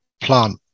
plant